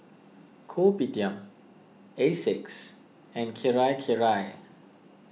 Kopitiam Asics and Kirei Kirei